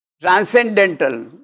transcendental